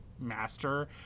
Master